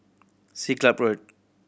Siglap Road